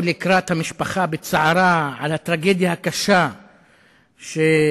לקראת המשפחה בצערה על הטרגדיה הקשה שהתרחשה,